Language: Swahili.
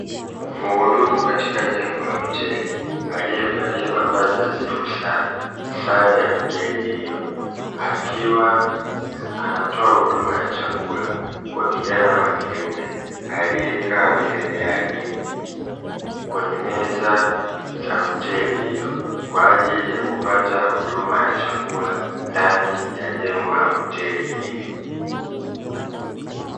Mhudumu katika jengo la hoteli aliyevalia mavazi nadhifu sana, sare ya hoteli hiyo, akiwa anatoa huduma ya chakula kwa kijana wa kiume aliyekaa mbele yake kwenye meza za hoteli hiyo, kwa ajili ya kupata huduma ya chakula ndani ya jengo la hoteli hiyo.